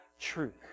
truth